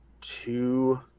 two